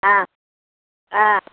ಹಾಂ ಹಾಂ